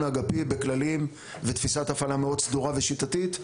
האגפי בכללים ותפיסת הפעלה מאוד סדורה ושיטתית.